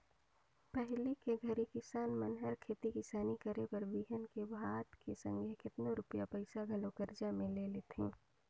पहिली के घरी किसान मन हर खेती किसानी करे बर बीहन भात के संघे केतनो रूपिया पइसा घलो करजा में ले लेथें